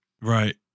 Right